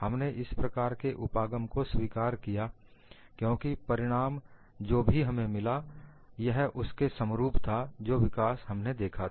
हमने इस प्रकार के उपागम को स्वीकार किया क्योंकि परिणाम जो भी हमें मिला यह उसके समरूप था जो विकास हमने देखा था